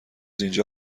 اینجا